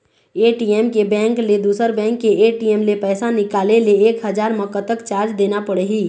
ATM के bank ले दुसर बैंक के ए.टी.एम ले पैसा निकाले ले एक हजार मा कतक चार्ज देना पड़ही?